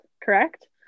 correct